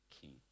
King